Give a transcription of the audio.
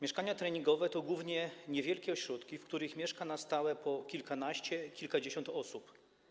Mieszkania treningowe to głównie niewielkie ośrodki, w których mieszka na stałe po kilkanaście, kilkadziesiąt osób.